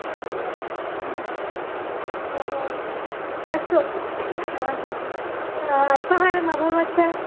ओ हो ओहो अस्तु हा हा हा अल्पाहारः अभवत् च